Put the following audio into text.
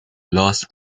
los